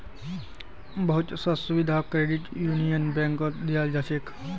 बहुत स सुविधाओ क्रेडिट यूनियन बैंकत दीयाल जा छेक